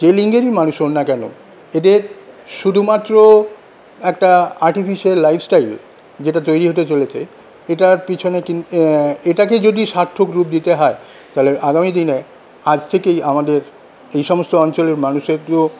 যে লিঙ্গেরই মানুষ হোন না কেন এদের শুধুমাত্র একটা আর্টিফিশিয়াল লাইফস্টাইল যেটা তৈরি হতে চলেছে এটার পিছনে কিন্তু এটাকে যদি সার্থক রুপ দিতে হয় তাহলে আগামী দিনে আজ থেকেই আমাদের এই সমস্ত অঞ্চলের মানুষের